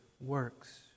works